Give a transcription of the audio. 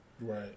Right